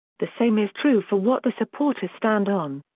the same is true for what the supporters stand on.